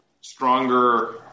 stronger